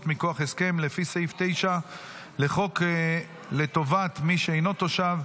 מכוח הסכם לפי סעיף 9 לחוק לטובת מי שאינו תושב),